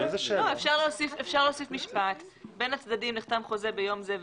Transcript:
אפשר להוסיף משפט האומר שבין הצדדים נחתם חוזה ביום זה וזה,